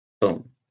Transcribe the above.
boom